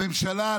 הממשלה,